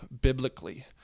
biblically